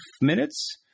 minutes